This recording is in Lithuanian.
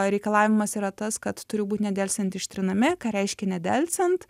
reikalavimas yra tas kad turi būt nedelsiant ištrinami ką reiškia nedelsiant